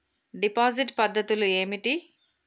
Deposit పద్ధతులు ఏమిటి?